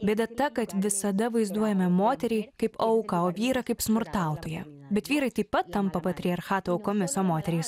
bėda ta kad visada vaizduojame moterį kaip auką o vyrą kaip smurtautoją bet vyrai taip pat tampa patriarchato aukomis o moterys